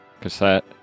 cassette